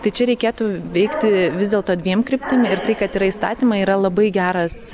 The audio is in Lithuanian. tai čia reikėtų veikti vis dėlto dviem kryptim ir tai kad yra įstatymai yra labai geras